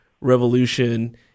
revolution